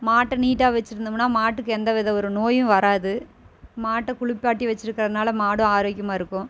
மாட்டை நீட்டாக வைச்சிருந்தோம்னா மாட்டுக்கு எந்த வித ஒரு நோயும் வராது மாட்டை குளிப்பாட்டி வைச்சிருக்கிறதுனால மாடும் ஆரோக்கியமாக இருக்கும்